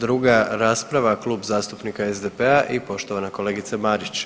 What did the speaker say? Druga rasprava Klub zastupnika SDP-a i poštovana kolegica Marić.